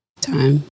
time